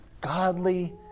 Godly